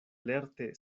lerte